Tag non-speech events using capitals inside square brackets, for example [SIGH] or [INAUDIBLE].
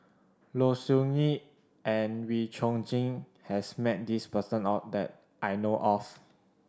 Low Siew Nghee and Wee Chong Jin has met this person [HESITATION] that I know of